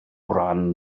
ran